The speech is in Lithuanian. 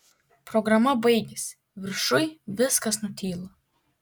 programa baigiasi viršuj viskas nutyla